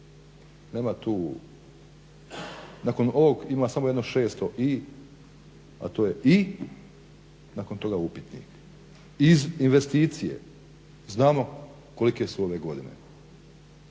Nema tu, nakon ovog ima samo jedno šesto i, a to je i nakon toga upitnik. I investicije znamo kolike su ove godine,